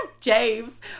James